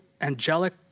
angelic